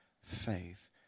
faith